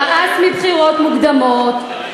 שמאס בבחירות מוקדמות,